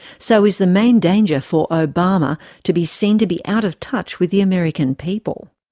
so is the main danger for obama to be seen to be out of touch with the american people?